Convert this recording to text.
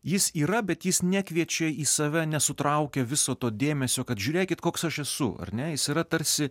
jis yra bet jis nekviečia į save nesutraukia viso to dėmesio kad žiūrėkit koks aš esu ar ne jis yra tarsi